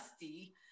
dusty